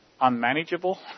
unmanageable